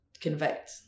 convict